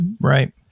Right